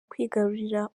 kwigarurira